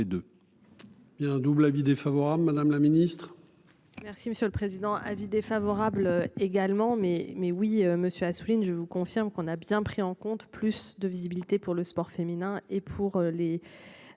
deux. Il y a un double avis défavorable. Madame la ministre. Merci Monsieur le Président, avis défavorable également mais mais oui monsieur Assouline. Je vous confirme qu'on a bien pris en compte plus de visibilité pour le sport féminin et pour les.